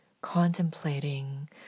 contemplating